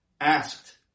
asked